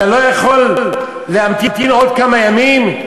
אתה לא יכול להמתין עוד כמה ימים?